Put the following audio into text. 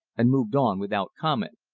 and moved on without comment.